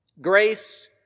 Grace